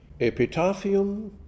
Epitaphium